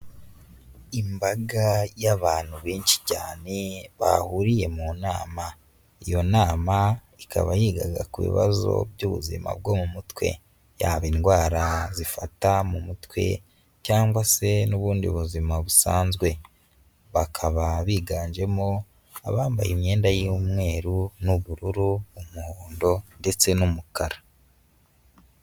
Imbaga y'abantu benshi cyane bahuriye mu nama, iyo nama ikaba yigaga ku bibazo by'ubuzima bwo mu mutwe, yaba indwara zifata mu mutwe cyangwa se n'ubundi buzima busanzwe, bakaba biganjemo abambaye imyenda y'umweru n'ubururu, umuhondo ndetse n'umukara.